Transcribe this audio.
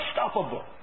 unstoppable